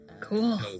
cool